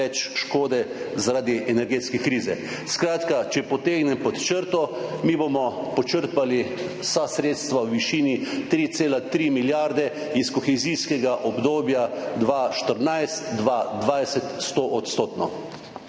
škode zaradi energetske krize. Skratka, če potegnem pod črto, mi bomo počrpali vsa sredstva v višini 3,3 milijarde iz kohezijskega obdobja 2014–2020 100-odstotno.